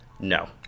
No